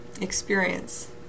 experience